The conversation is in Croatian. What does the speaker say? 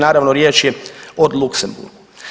Naravno riječ je o Luksemburgu.